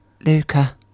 Luca